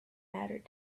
mattered